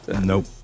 Nope